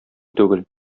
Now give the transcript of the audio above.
түгел